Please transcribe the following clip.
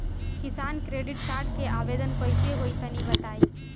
किसान credit card के आवेदन कईसे होई तनि बताई?